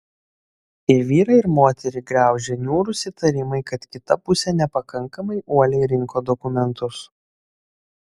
ir vyrą ir moterį graužia niūrus įtarimai kad kita pusė nepakankamai uoliai rinko dokumentus